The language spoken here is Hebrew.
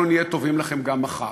אנחנו נהיה טובים לכם גם מחר.